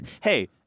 Hey